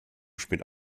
spät